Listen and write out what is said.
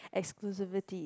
exclusivity